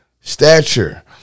stature